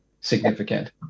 significant